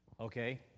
Okay